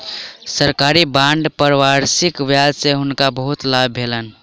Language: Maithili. सरकारी बांड पर वार्षिक ब्याज सॅ हुनका बहुत लाभ भेलैन